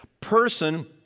person